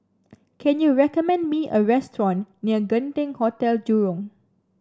can you recommend me a restaurant near Genting Hotel Jurong